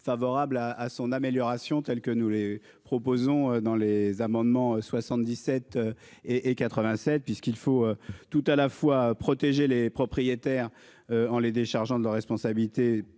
favorable à à son amélioration tels que nous les proposons dans les amendements 77 et et 87 puisqu'il faut tout à la fois protéger les propriétaires. En les déchargeant de responsabilité